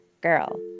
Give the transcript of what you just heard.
girl